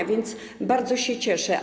A więc bardzo się cieszę.